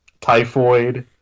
typhoid